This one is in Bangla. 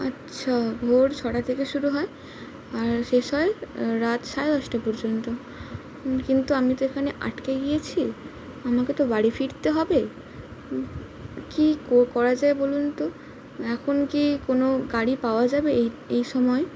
আচ্ছা ভোর ছটা থেকে শুরু হয় আর শেষ হয় রাত সড়ে দশটা পর্যন্ত কিন্তু আমি তো এখানে আটকে গিয়েছি আমাকে তো বাড়ি ফিরতে হবে কি করা যায় বলুন তো এখন কি কোনো গাড়ি পাওয়া যাবে এই এই সময়